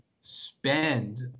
spend